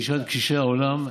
תשאל את קשישי העולם,